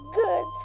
good